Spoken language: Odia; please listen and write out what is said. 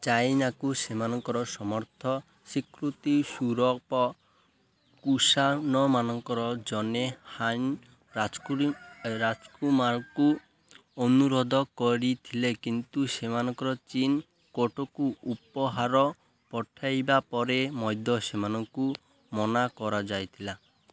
ଚାଇନାକୁ ସେମାନଙ୍କର ସମର୍ଥ ସ୍ୱୀକୃତି ସ୍ୱରୂପ କୁଶାନମାନେ ଜନେ ହାନ୍ ରାଜକୁଡ଼ି ରାଜକୁମାରଙ୍କୁ ଅନୁରୋଧ କଡ଼ିଥିଲେ କିନ୍ତୁ ସେମାନଙ୍କର ଚୀନ୍ କୋର୍ଟକୁ ଉପହାର ପଠାଇବା ପରେ ମଧ୍ୟ ସେମାନଙ୍କୁ ମନା କରାଯାଇଥିଲା